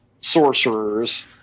sorcerers